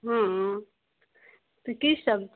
हँ तऽ कि सब